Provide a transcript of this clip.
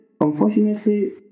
unfortunately